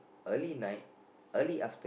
early night early afternoon